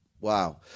wow